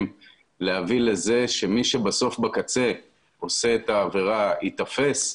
להביא לזה שמי שבסוף בקצה עושה את העבירה ייתפס,